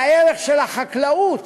והערך של החקלאות